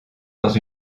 dans